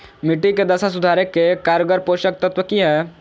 मिट्टी के दशा सुधारे के कारगर पोषक तत्व की है?